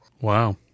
Wow